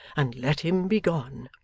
and let him be gone